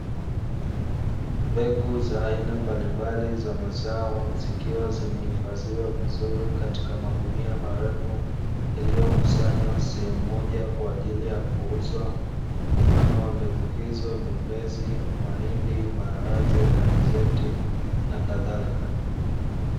Mbegu za aina mbalimbali za mazao zikiwa zimehifadhiwa vizuri katika magunia marefu yaliyokusanywa sehemu moja kwa ajili ya kuuzwa mfano wa mbegu hizo ni; ulezi, mahindi, maharage, alizeti na kadhalika.